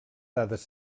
dades